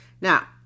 Now